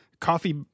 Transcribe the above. Coffee